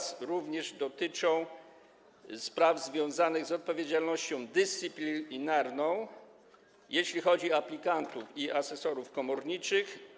Dotyczą one również spraw związanych z odpowiedzialnością dyscyplinarną, jeśli chodzi o aplikantów i asesorów komorniczych.